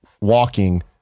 walking